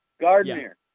Gardner